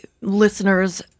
listeners